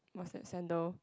mustard sandal